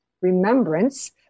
remembrance